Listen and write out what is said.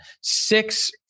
six